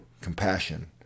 compassion